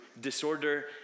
disorder